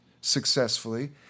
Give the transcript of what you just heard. successfully